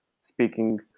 speaking